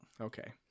Okay